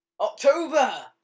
October